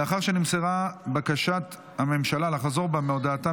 לאחר שנמסרה בקשת הממשלה לחזור בה מהודעתה